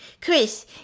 Chris